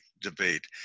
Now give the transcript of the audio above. debate